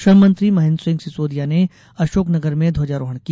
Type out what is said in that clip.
श्रम मंत्री महेन्द्र सिंह सिसोदिया ने अशोक नगर में ध्वजारोहण किया